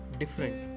different